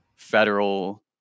federal